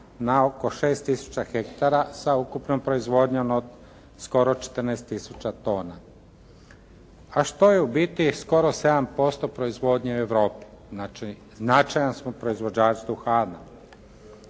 na oko 6000 ha sa ukupnom proizvodnjom od skoro 14000 tona, a što je u biti skoro 7% proizvodnje u Europi. Znači, značajan smo proizvođač duhana.